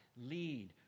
lead